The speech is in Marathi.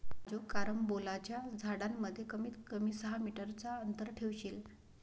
राजू कारंबोलाच्या झाडांमध्ये कमीत कमी सहा मीटर चा अंतर ठेवशील